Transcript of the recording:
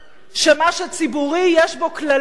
שמה שציבורי, יש בו כללים